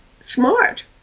smart